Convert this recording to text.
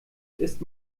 ist